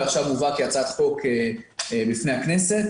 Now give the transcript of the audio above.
ועכשיו מובא כהצעת חוק בפני הכנסת.